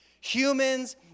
Humans